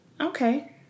Okay